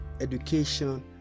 education